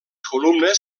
columnes